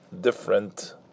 different